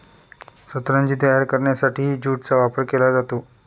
सतरंजी तयार करण्यासाठीही ज्यूटचा वापर केला जातो